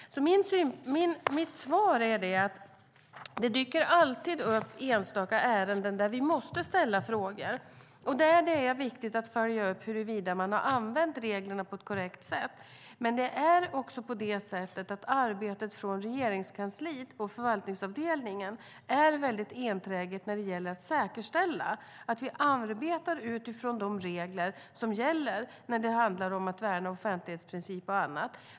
Mitt svar är alltså att det alltid dyker upp enstaka ärenden där vi måste ställa frågor och där det är viktigt att följa upp huruvida man har använt reglerna på ett korrekt sätt. Det är dock också på det sättet att arbetet i Regeringskansliet och förvaltningsavdelningen är väldigt enträget när det gäller att säkerställa att vi arbetar utifrån de regler som gäller när det handlar om att värna offentlighetsprincip och annat.